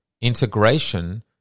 Integration